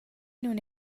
nun